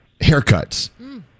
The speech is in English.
haircuts